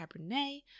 Cabernet